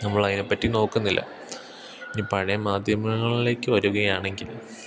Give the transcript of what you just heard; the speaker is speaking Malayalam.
നമ്മളതിനെപ്പറ്റി നോക്കുന്നില്ല ഇനി പഴയ മാധ്യമങ്ങളിലേക്കു വരുകയാണെങ്കില്